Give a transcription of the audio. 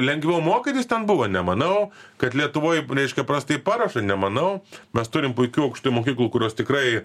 lengviau mokytis ten buvo nemanau kad lietuvoj reiškia prastai paruošia nemanau mes turim puikių aukštųjų mokyklų kurios tikrai